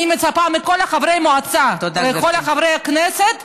אני מצפה מכל חברי המועצה ומכל חברי הכנסת,